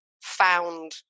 found